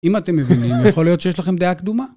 אם אתם מבינים, יכול להיות שיש לכם דעה קדומה?